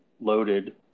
loaded